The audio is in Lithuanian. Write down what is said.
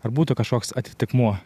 ar būtų kažkoks atitikmuo